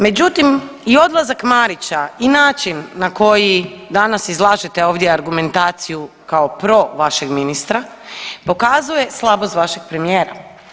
Međutim i odlazak Marića i način na koji danas izlažete ovdje argumentaciju kao pro vašeg ministra pokazuje slabost vašeg premijera.